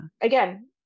Again